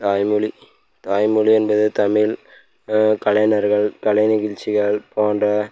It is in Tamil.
தாய்மொழி தாய்மொழி என்பது தமிழ் கலைனர்கள் கலைநிகழ்ச்சிகள் போன்ற